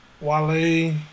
wale